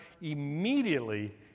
immediately